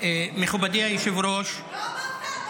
מכובדי היושב-ראש --- לא אמרת?